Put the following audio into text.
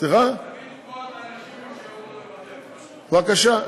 תביא דוגמאות לאנשים, בבקשה.